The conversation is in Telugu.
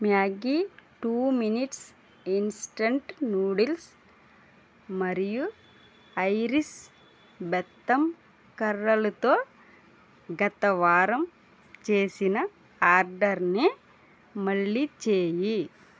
Maggi two minutes instant noodles మరియు ఐరిస్ బెత్తం కర్రలతో గత వారం చేసిన ఆర్డర్ నే మళ్ళీ చేయి